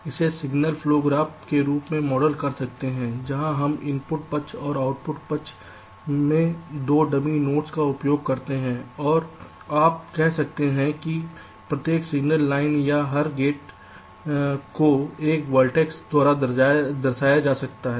तो हम इसे सिग्नल फ्लो ग्राफ के रूप में मॉडल कर सकते हैं जहां हम इनपुट पक्ष और आउटपुट पक्ष में 2 डमी नोड्स का उपयोग करते हैं और हर आप कह सकते हैं कि प्रत्येक सिग्नल लाइन या हर गेट को एक वर्टेक्स द्वारा दर्शाया जा सकता है